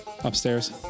upstairs